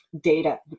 data